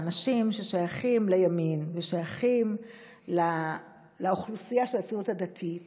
שאנשים ששייכים לימין ושייכים לאוכלוסייה של הציונות הדתית